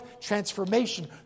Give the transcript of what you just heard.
transformation